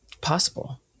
Possible